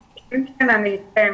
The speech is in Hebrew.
בבקשה.